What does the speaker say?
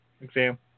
exam